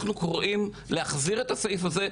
אנחנו קוראים להחזיר את הסעיף הזה,